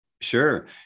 Sure